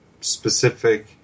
specific